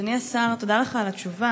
אדוני השר, תודה לך על התשובה.